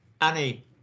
Annie